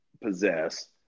possess